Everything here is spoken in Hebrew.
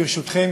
ברשותכם,